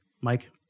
mike